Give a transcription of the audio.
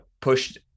pushed